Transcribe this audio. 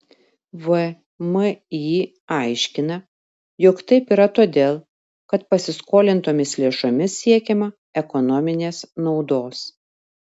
vmi aiškina jog taip yra todėl kad pasiskolintomis lėšomis siekiama ekonominės naudos